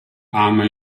ama